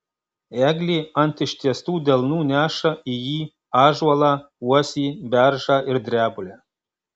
eglė ant ištiestų delnų neša į jį ąžuolą uosį beržą ir drebulę